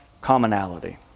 commonality